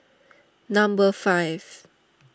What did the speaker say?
number five